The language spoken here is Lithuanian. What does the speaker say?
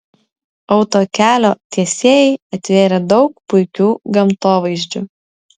autokelio tiesėjai atvėrė daug puikių gamtovaizdžių